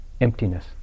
emptiness